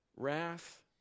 Wrath